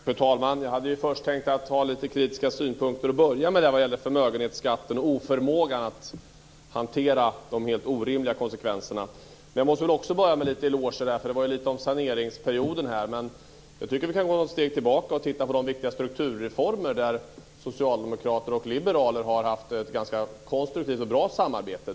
Fru talman! Jag hade först tänkt framföra lite kritiska synpunkter när det gäller förmögenhetsskatten och oförmågan att hantera de helt orimliga konsekvenserna. Men jag måste också börja med lite eloger, eftersom det talades om saneringsperioden. Men jag tycker att vi kan gå några steg tillbaka och titta på de viktiga strukturreformer där socialdemokrater och liberaler har haft ett ganska konstruktivt och bra samarbete.